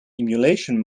emulation